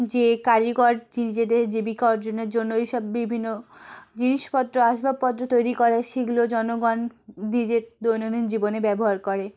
যে কারিগর নিজেদের জীবিকা অর্জনের জন্য এইসব বিভিন্ন জিনিসপত্র আসবাবপত্র তৈরি করে সেগুলো জনগণ দিজের দৈনন্দিন জীবনে ব্যবহার করে